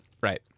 Right